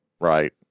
Right